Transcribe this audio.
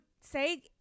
say